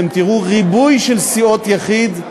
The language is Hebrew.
אתם תראו ריבוי של סיעות יחיד,